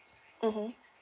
mmhmm